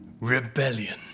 Rebellion